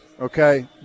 okay